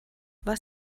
was